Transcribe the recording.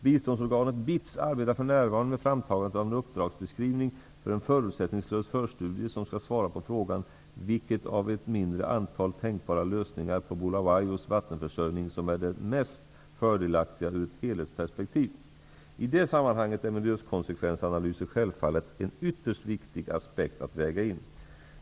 Biståndsorganet BITS arbetar för närvarande med framtagandet av en uppdragsbeskrivning för en förutsättningslös förstudie, som skall svara på frågan vilken av ett mindre antal tänkbara lösningar på Bulawayos vattenförsörjning som är den mest fördelaktiga ur ett helhetsperspektiv. I det sammanhanget är miljökonsekvensanalyser självfallet en ytterst viktig aspekt att väga in.